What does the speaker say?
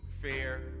Fair